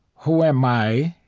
who am i?